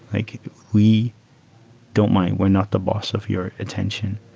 like we don't mind. we're not the boss of your attention.